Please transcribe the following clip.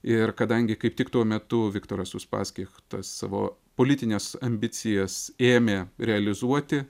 ir kadangi kaip tik tuo metu viktoras uspaskich savo politines ambicijas ėmė realizuoti